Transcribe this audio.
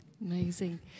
Amazing